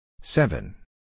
seven